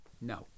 No